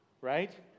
Right